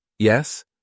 Yes